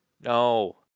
No